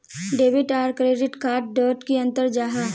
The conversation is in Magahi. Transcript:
डेबिट आर क्रेडिट कार्ड डोट की अंतर जाहा?